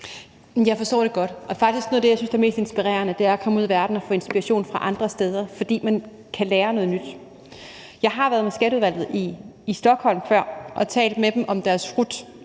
Jeg forstår det godt, og noget af det, som jeg faktisk synes er mest inspirerende, er at komme ud i verden og få inspiration fra andre steder, fordi man kan lære noget nyt. Jeg har været med Skatteudvalget i Stockholm før og talt med dem om deres RUT,